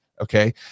Okay